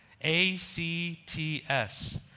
A-C-T-S